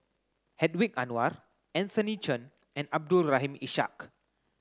Hedwig Anuar Anthony Chen and Abdul Rahim Ishak